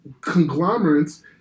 conglomerates